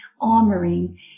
armoring